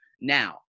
Now